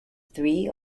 three